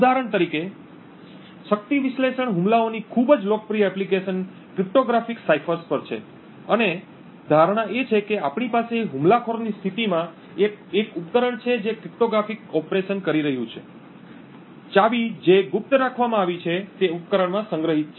ઉદાહરણ તરીકે શક્તિ વિશ્લેષણ હુમલાઓની ખૂબ જ લોકપ્રિય એપ્લિકેશન ક્રિપ્ટોગ્રાફિક સાઇફર્સ પર છે અને ધારણા એ છે કે આપણી પાસે હુમલાખોરની સ્થિતિમાં એક ઉપકરણ છે જે ક્રિપ્ટોગ્રાફિક ઓપરેશન કરી રહ્યું છે ચાવી જે ગુપ્ત રાખવામાં આવી છે તે ઉપકરણમાં સંગ્રહિત છે